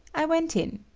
i went in.